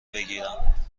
بگیرم